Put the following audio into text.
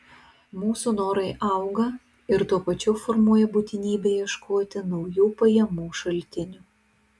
mūsų norai auga ir tuo pačiu formuoja būtinybę ieškoti naujų pajamų šaltinių